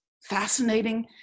fascinating